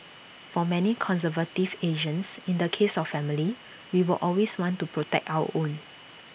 for many conservative Asians in the case of family we will always want to protect our own